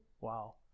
wow